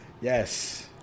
Yes